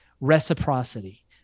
reciprocity